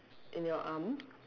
in your arm